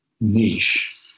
niche